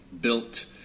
built